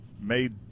made